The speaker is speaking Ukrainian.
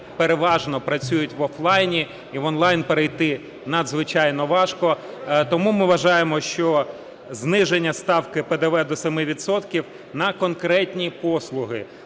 переважно працюють в офлайні і в онлайн перейти надзвичайно важко. Тому ми вважаємо, що зниження ставки ПДВ до 7 відсотків на конкретні послуги.